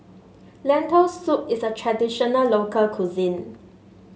Lentil Soup is a traditional local cuisine